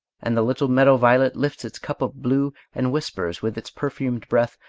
and the little meadow violet lifts its cup of blue, and whispers with its perfumed breath,